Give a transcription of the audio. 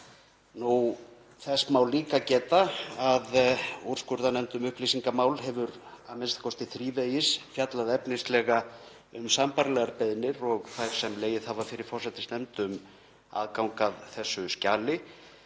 Þess má líka geta að úrskurðarnefnd um upplýsingamál hefur a.m.k. þrívegis fjallað efnislega um sambærilegar beiðnir og þær sem legið hafa fyrir forsætisnefnd um aðgang að þessu skjali